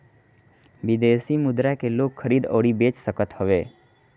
विदेशी मुद्रा के लोग खरीद अउरी बेच सकत हवे